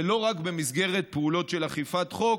ולא רק במסגרת פעולות של אכיפת חוק,